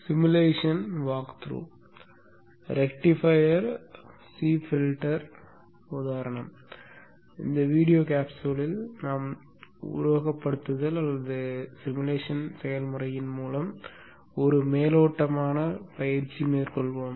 simulation walk through rectifier C filter உதாரணம் இந்த video கேப்சூலில் நாம் உருவகப்படுத்துதல் செயல்முறையின் மூலம் ஒரு மேலோட்டமான பயிற்சியை மேற்கொள்வோம்